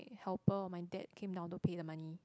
eh helper my dad come down to pay the money